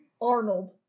Arnold